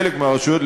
חלק מהרשויות,